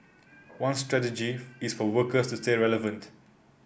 one strategy is for workers to stay relevant